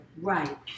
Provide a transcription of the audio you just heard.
Right